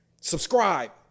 subscribe